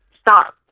stop